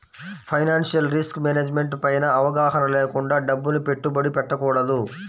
financial risk management పైన అవగాహన లేకుండా డబ్బుని పెట్టుబడి పెట్టకూడదు